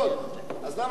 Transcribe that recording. אז למה הם לא שווים?